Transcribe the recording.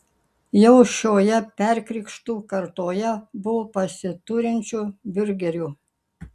jau šioje perkrikštų kartoje buvo pasiturinčių biurgerių